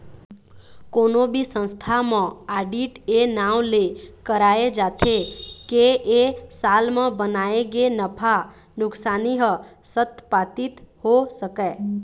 कोनो भी संस्था म आडिट ए नांव ले कराए जाथे के ए साल म बनाए गे नफा नुकसानी ह सत्पापित हो सकय